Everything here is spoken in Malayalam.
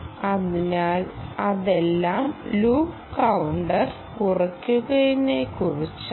അതിനാൽ ഇതെല്ലാം ലൂപ്പ് കൌണ്ടർ കുറയുന്നതിനെക്കുറിച്ചാണ്